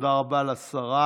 תודה רבה לשרה.